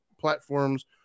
platforms